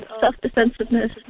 self-defensiveness